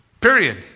Period